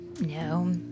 No